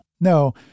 no